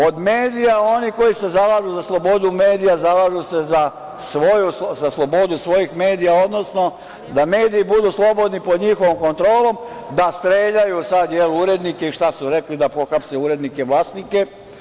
Od medija, oni koji se zalažu za slobodu medija zalažu se za slobodu svojih medija, odnosno da mediji budu slobodni pod njihovom kontrolom, da streljaju sad, jel, urednike i da, šta su rekli, da pohapse urednike, vlasnike.